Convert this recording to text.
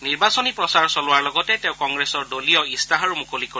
নিৰ্বাচনী প্ৰচাৰ চলোৱাৰ লগতে তেওঁ কংগ্ৰেছৰ দলীয় ইস্তাহাৰো মুকলি কৰিব